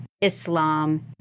Islam